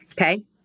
okay